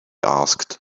asked